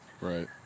Right